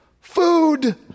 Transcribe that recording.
food